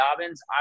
Dobbins